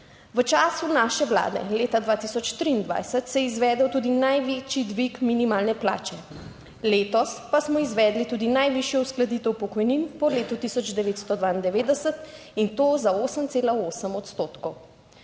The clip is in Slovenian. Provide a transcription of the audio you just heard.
V času naše vlade leta 2023 se je izvedel tudi največji dvig minimalne plače. Letos pa smo izvedli tudi najvišjo uskladitev pokojnin po letu 1992, in to za 8,8 odstotkov.